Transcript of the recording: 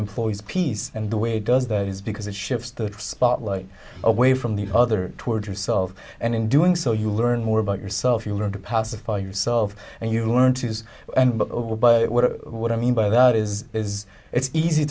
employees piece and the way it does that is because it shifts the spotlight away from the other towards yourself and in doing so you learn more about yourself you learn to pacify yourself and you learn to use what i mean by that is is it's easy